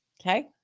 Okay